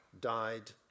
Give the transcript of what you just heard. died